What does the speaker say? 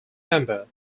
member